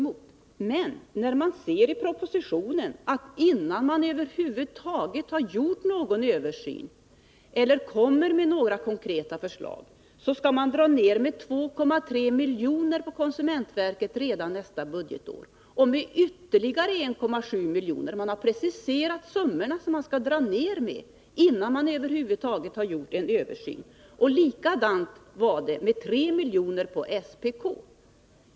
Men innan man över huvud taget har gjort någon översyn eller framlagt några konkreta förslag föreslår man i propositionen ett minskat anslag till konsumentverket med 2,3 milj.kr. nästa budgetår, och man avser att genomföra en ytterligare besparing på 1,7 milj.kr. Man har alltså preciserat anslagsminskningarna innan man över huvud taget har gjort en översyn. Likadant var det med anslagsminskningen på 3 milj.kr. till SPK.